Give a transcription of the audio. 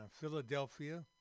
Philadelphia